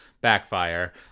backfire